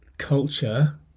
culture